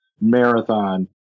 marathon